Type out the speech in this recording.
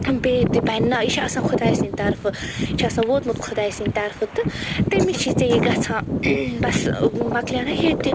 بیٚیہِ تہِ بَنہِ نا یہِ چھُ آسان خۄداے سٕنٛدۍ طرفہٕ یہِ چھُ آسان ووتمُت خۄداے سٕنٛدۍ طرفہٕ تہٕ تٔمے چھُے ژےٚ یہِ گژھان ٲں بَس مۄکلیٛاو نا یہِ تہِ